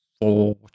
four